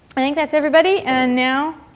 i think that's everybody. and now,